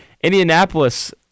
Indianapolis